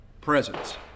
presence